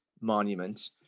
monument